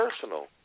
personal